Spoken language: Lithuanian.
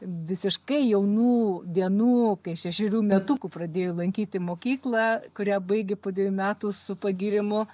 visiškai jaunų dienų kai šešerių metukų pradėjo lankyti mokyklą kurią baigė po dviejų metų su pagyrimu